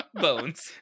Bones